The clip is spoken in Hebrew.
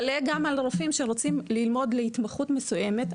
כלה גם על רופאים שרוצים ללמוד להתמחות מסוימת,